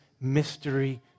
mystery